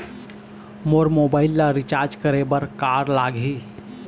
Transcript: मोर mobile ला recharge करे बर का लगही?